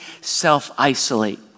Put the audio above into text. self-isolate